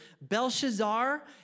Belshazzar